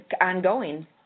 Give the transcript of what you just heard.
ongoing